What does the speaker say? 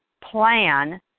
plan